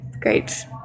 Great